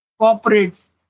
corporates